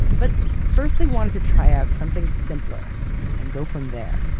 but first they wanted to try out something simpler and go from there.